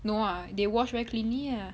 no ah they wash very cleanly lah